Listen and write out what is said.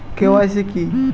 KYC কি?